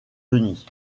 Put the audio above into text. denis